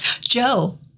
Joe